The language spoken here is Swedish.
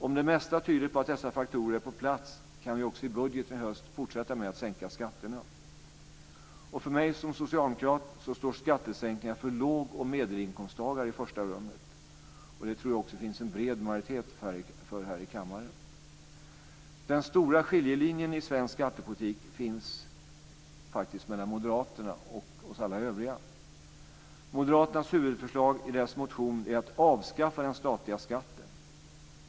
Om det mesta tyder på att dessa faktorer är på plats kan vi också i budgeten i höst föreslå en fortsatt sänkning av skatterna. För mig som socialdemokrat står skattesänkningar för låg och medelinkomsttagare i första rummet, och det tror jag också att det finns en bred majoritet för här i kammaren. Den stora skiljelinjen i svensk skattepolitik finns faktiskt mellan moderaterna och alla oss övriga. Moderaternas huvudförslag i deras motion är att avskaffa den statliga skatten.